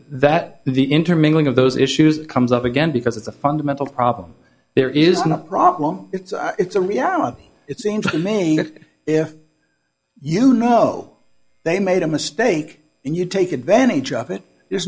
that the intermingling of those issues comes up again because it's a fundamental problem there isn't a problem it's it's a reality it seems to me that if you know they made a mistake and you take advantage of it there's